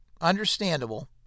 understandable